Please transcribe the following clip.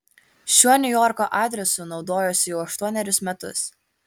šiuo niujorko adresu naudojuosi jau aštuonerius metus